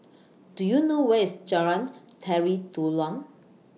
Do YOU know Where IS Jalan Tari Dulang